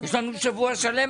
יש לנו שבוע שלם.